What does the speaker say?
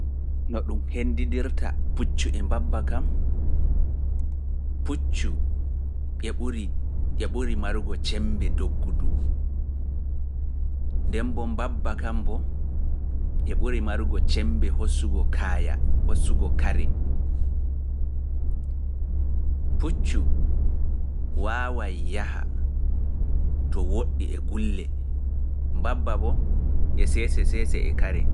No ɗum hendidirta puccu e mbabba kam, puccu e ɓuri marugo cembe doggudu, nden mbabba kam mbo gulle mbabba boo e sese sese e kare.